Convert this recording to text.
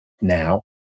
now